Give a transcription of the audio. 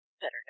better